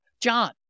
John